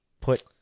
put